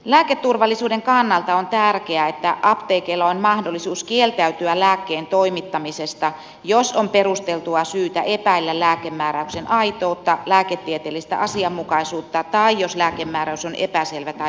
lääketurvallisuuden kannalta on tärkeää että apteekeilla on mahdollisuus kieltäytyä lääkkeen toimittamisesta jos on perusteltua syytä epäillä lääkemääräyksen aitoutta lääketieteellistä asianmukaisuutta tai jos lääkemääräys on epäselvä tai puutteellinen